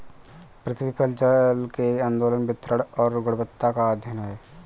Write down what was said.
पृथ्वी पर जल के आंदोलन वितरण और गुणवत्ता का अध्ययन है